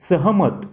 सहमत